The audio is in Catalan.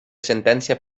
sentència